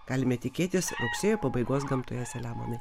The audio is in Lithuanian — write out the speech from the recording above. galime tikėtis rugsėjo pabaigos gamtoje selemonui